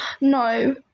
No